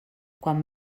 quan